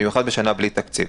במיוחד בשנה בלי תקציב.